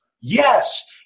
yes